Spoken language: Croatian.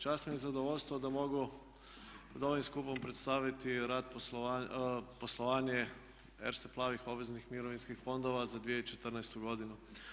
Čast mi je i zadovoljstvo da mogu pred ovim skupom predstaviti rad i poslovanje Erste plavih obveznih mirovinskih fondova za 2014. godinu.